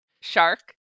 shark